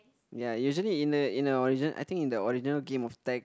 ya usually in a in a original I think in a original game of tag